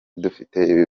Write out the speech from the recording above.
dufite